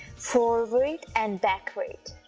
forward and backward